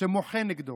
שמוחה נגדו.